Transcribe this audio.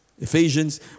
Ephesians